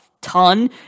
ton